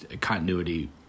continuity